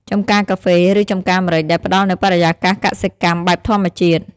ចំការកាហ្វេ ឬចម្ការម្រេច ដែលផ្តល់នូវបរិយាកាសកសិកម្មបែបធម្មជាតិ។